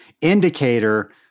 indicator